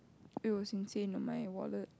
it was insane in my wallet